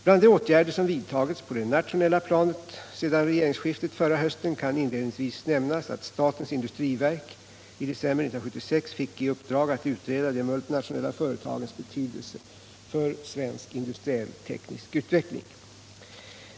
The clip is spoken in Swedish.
Bland de åtgärder som vidtagits på det nationella planet sedan regeringsskiftet förra hösten kan inledningsvis nämnas att statens industri verk i december 1976 fick i uppdrag att utreda de multinationella för Nr 25 retagens betydelse för svensk industriell teknisk utveckling.